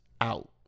out